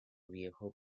viejo